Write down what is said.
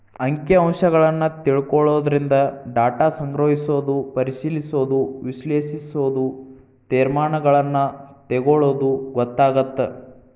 ಅಂಕಿ ಅಂಶಗಳನ್ನ ತಿಳ್ಕೊಳ್ಳೊದರಿಂದ ಡಾಟಾ ಸಂಗ್ರಹಿಸೋದು ಪರಿಶಿಲಿಸೋದ ವಿಶ್ಲೇಷಿಸೋದು ತೇರ್ಮಾನಗಳನ್ನ ತೆಗೊಳ್ಳೋದು ಗೊತ್ತಾಗತ್ತ